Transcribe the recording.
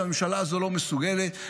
שהממשלה הזו לא מסוגלת,